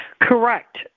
Correct